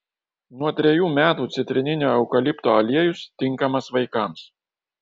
nuo trejų metų citrininio eukalipto aliejus tinkamas vaikams